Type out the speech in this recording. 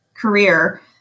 career